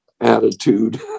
attitude